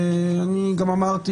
אני גם אמרתי